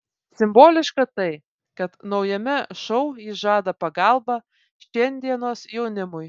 simboliška tai kad naujame šou ji žada pagalbą šiandienos jaunimui